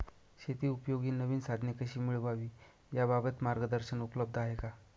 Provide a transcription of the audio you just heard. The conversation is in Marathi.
शेतीउपयोगी नवीन साधने कशी मिळवावी याबाबत मार्गदर्शन उपलब्ध आहे का?